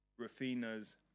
Rafina's